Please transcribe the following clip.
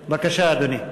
בבקשה, אדוני.